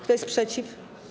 Kto jest przeciw?